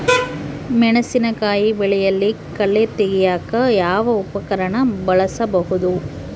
ಮೆಣಸಿನಕಾಯಿ ಬೆಳೆಯಲ್ಲಿ ಕಳೆ ತೆಗಿಯಾಕ ಯಾವ ಉಪಕರಣ ಬಳಸಬಹುದು?